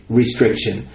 restriction